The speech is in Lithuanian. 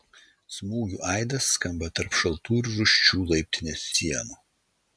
smūgių aidas skamba tarp šaltų ir rūsčių laiptinės sienų